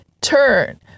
turn